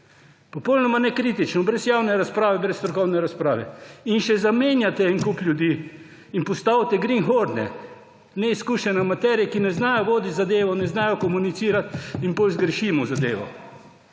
Popolnoma nekritično, brez javne razprave, brez strokovne razprave. In še zamenjate en kup ljudi in postavite greenhorne, neizkušene amaterje, ki ne znajo voditi zadeve, ne znajo komunicirati in potem zgrešimo zadevo.